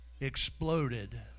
exploded